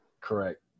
Correct